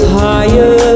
higher